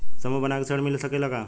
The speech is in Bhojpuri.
समूह बना के ऋण मिल सकेला का?